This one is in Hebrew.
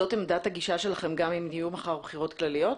זאת הגישה שלכם גם אם יהיו מחר בחירות כלליות?